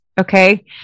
okay